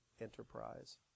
enterprise